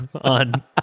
on